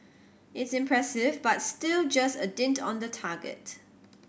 it's impressive but still just a dint on the target